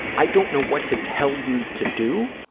i don't know what to tell you to do,